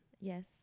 yes